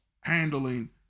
handling